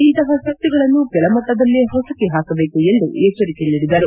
ಇಂತಪ ಶಕ್ತಿಗಳನ್ನು ಕೆಳಮಟ್ಲದಲ್ಲೇ ಹೊಸಕಿ ಹಾಕಬೇಕು ಎಂದು ಎಚ್ಲರಿಕೆ ನೀಡಿದರು